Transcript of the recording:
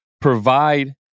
provide